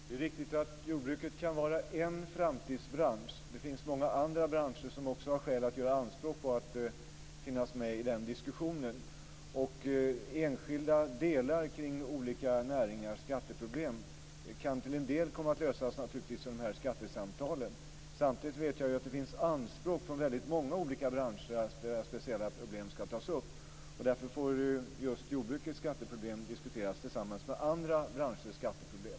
Fru talman! Det är riktigt att jordbruket kan vara en framtidsbransch. Det finns många andra branscher som också har skäl att göra anspråk på att finnas med i diskussionen. Enskilda delar kring olika näringars skatteproblem kan till en del naturligtvis komma att lösas under skattesamtalen. Samtidigt vet jag att det finns anspråk från många olika branscher att deras speciella problem skall tas upp. Därför får just jordbrukets skatteproblem diskuteras tillsammans med andra branschers skatteproblem.